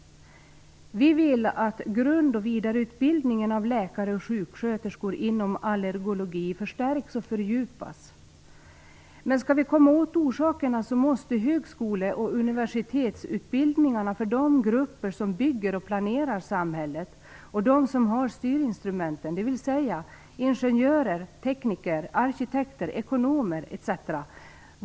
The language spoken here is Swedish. Vi vill att grund och vidareutbildningen av läkare och sjuksköterskor inom allergologi förstärks och fördjupas. Men skall vi komma åt orsakerna måste högskoleoch universitetsutbildningarna för de grupper som bygger och planerar samhället och de som har styrinstrumenten - dvs. ingenjörer, tekniker, arkitekter, ekonomer, etc.